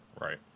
right